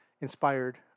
Inspired